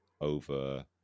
over